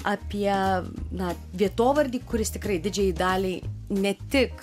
apie na vietovardį kuris tikrai didžiajai daliai ne tik